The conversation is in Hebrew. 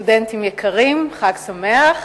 סטודנטים יקרים, חג שמח.